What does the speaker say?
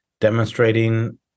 demonstrating